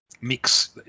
mix